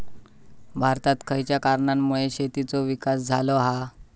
भारतात खयच्या कारणांमुळे शेतीचो विकास झालो हा?